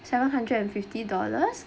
seven hundred and fifty dollars